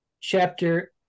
chapter